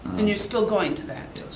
and you're still going to that,